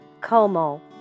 Como